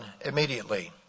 immediately